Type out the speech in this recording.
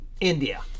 India